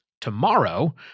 Tomorrow